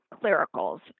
clericals